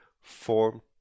form